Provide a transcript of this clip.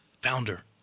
Founder